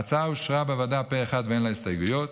ההצעה אושרה בוועדה פה אחד ואין לה הסתייגויות.